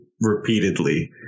repeatedly